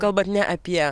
kalbat ne apie